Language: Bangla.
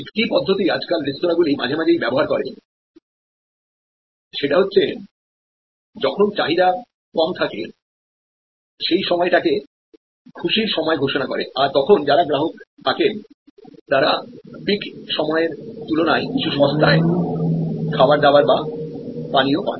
একটা পদ্ধতি আজকাল রেস্তোরাঁগুলি মাঝেমাঝেই ব্যবহার করেসেটা হচ্ছে যখন চাহিদা কম থাকে সেই সময় টাকে খুশির সময় ঘোষণা করে আর তখন যারা গ্রাহক থাকেন তারা পিক সময়ের তুলনায় কিছু সস্তায় খাবার দাবার বা পানীয় পান